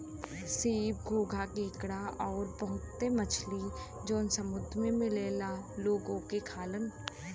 सीप, घोंघा केकड़ा आउर बहुते मछरी जौन समुंदर में मिलला लोग ओके खालन